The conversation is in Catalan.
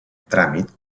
tràmit